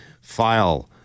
file